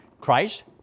Christ